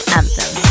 Anthem